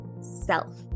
self